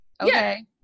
Okay